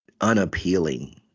unappealing